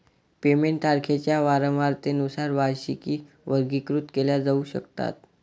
payment तारखांच्या वारंवारतेनुसार वार्षिकी वर्गीकृत केल्या जाऊ शकतात